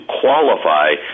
qualify